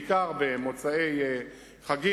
בעיקר במוצאי חג,